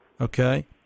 okay